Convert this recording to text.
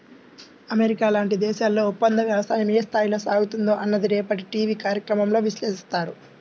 America లాంటి దేశాల్లో ఒప్పందవ్యవసాయం ఏ స్థాయిలో సాగుతుందో అన్నది రేపటి టీవీ కార్యక్రమంలో విశ్లేషిస్తారు